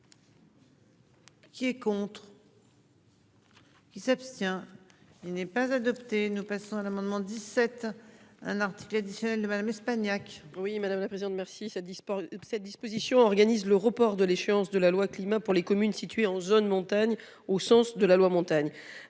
Qui est contre. Qui s'abstient. Il n'est pas adopté. Nous passons à l'amendement 17 un article additionnel de Madame Espagnac. Oui madame la présidente merci ça. Cette disposition organise le report de l'échéance de la loi climat pour les communes situées en zone montagne au sens de la loi montagne.